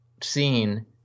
scene